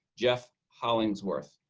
jeff hollingsworth.